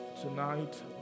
tonight